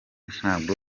ntabwo